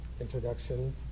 introduction